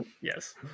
Yes